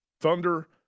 Thunder